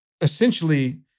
essentially